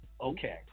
Okay